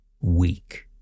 weak